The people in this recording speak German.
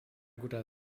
guter